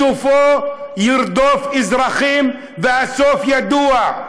בסופו ירדוף אזרחים, והסוף ידוע,